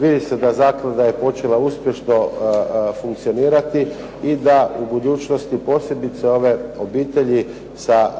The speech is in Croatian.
vidi se da zaklada je počela uspješno funkcionirati, i da u budućnosti posebice ove obitelji sa